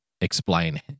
explain